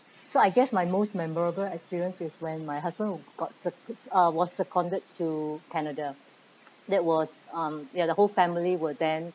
so I guess my most memorable experiences is when my husband got ser~ uh was conveyed to canada that was um ya the whole family were then